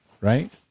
right